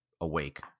awake